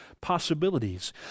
possibilities